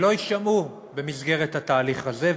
ולא יישמעו במסגרת התהליך הזה.